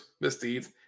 misdeeds